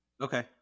Okay